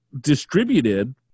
distributed –